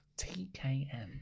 TKM